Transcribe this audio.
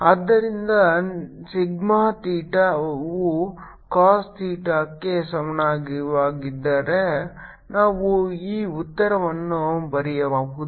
ಆದ್ದರಿಂದ ಸಿಗ್ಮಾ ಥೀಟಾವು cos ಥೀಟಾಕ್ಕೆ ಸಮಾನವಾಗಿದ್ದರೆ ನಾವು ಈ ಉತ್ತರವನ್ನು ಬರೆಯಬಹುದು